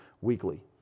weekly